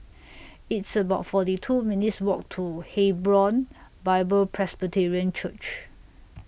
It's about forty two minutes' Walk to Hebron Bible Presbyterian Church